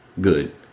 good